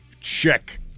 check